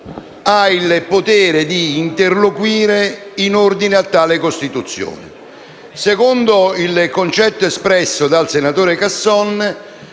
il potere di interloquire in ordine a tale costituzione. Secondo il concetto espresso dal senatore Casson,